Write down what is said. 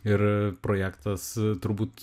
ir projektas turbūt